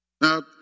now